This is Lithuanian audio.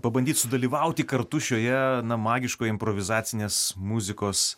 pabandyt sudalyvauti kartu šioje na magiškoj improvizacinės muzikos